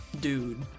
dude